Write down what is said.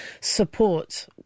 support